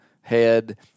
head